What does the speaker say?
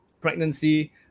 pregnancy